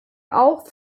auch